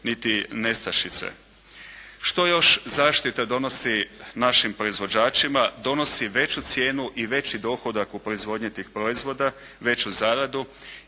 niti nestašice. Što još zaštita donosi našim proizvođačima? Donosi veću cijenu i veći dohodak u proizvodnji tih proizvoda, veću zaradu